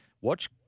watch –